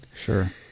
Sure